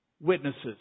witnesses